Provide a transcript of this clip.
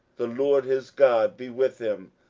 the lord his god be with him,